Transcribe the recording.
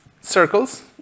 circles